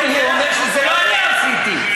אחרת הוא אומר שלא אני עשיתי,